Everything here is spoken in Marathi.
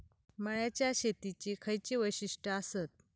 मळ्याच्या शेतीची खयची वैशिष्ठ आसत?